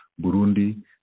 Burundi